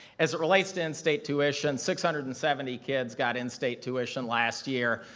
as it relates to in-state tuition, six hundred and seventy kids got in-state tuition last year.